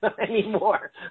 anymore